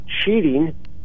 cheating